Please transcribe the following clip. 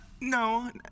no